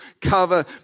cover